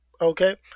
Okay